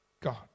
God